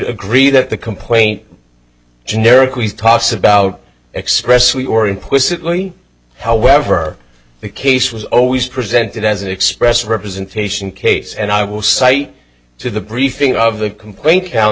agree that the complaint generically talks about expressly or implicitly however the case was always presented as express representation case and i will cite to the briefing of the complaint